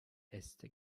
äste